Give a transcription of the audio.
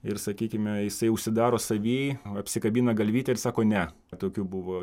ir sakykime jisai užsidaro savy apsikabina galvytę ir sako ne tokių buvo